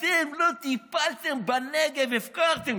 אתם לא טיפלתם בנגב, הפקרתם.